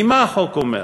כי מה החוק אומר?